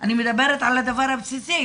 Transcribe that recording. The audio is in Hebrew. אני מדברת על הדבר הבסיסי,